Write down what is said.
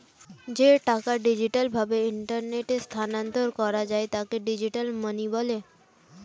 যে টাকা ডিজিটাল ভাবে ইন্টারনেটে স্থানান্তর করা যায় তাকে ডিজিটাল মানি বলে